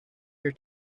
your